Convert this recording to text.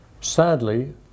sadly